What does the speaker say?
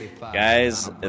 Guys